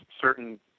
certain